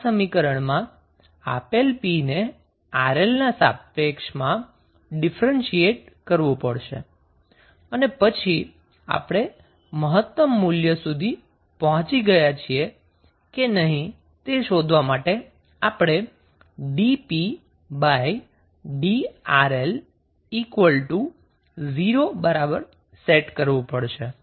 તો આપણે આ સમીકરણમાં આપેલ 𝑝 ને 𝑅𝐿 ના સાપેક્ષમાં ડિફરેંશીએટ કરવુ પડશે અને પછી આપણે મહત્તમ મૂલ્ય સુધી પહોંચી ગયા છીએ કે નહીં તે શોધવા માટે આપણે dpdRL 0 બરાબર સેટ કરવું પડશે